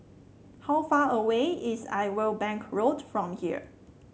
how far away is Irwell Bank Road from here